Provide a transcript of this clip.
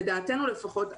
לדעתנו לפחות,